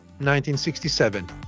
1967